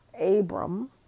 Abram